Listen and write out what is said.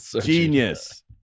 genius